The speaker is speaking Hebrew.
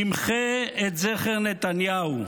נמחה את זכר נתניהו,